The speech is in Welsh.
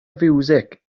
fiwsig